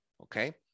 okay